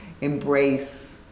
Embrace